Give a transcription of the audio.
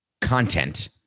content